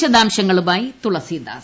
വിശദാംശങ്ങളുമായി തുളസീദാസ്